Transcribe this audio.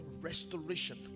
restoration